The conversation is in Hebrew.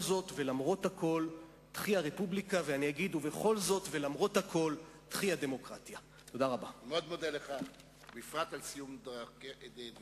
הרי